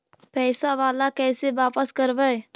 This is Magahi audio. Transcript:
पैसा बाला कैसे बापस करबय?